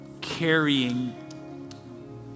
carrying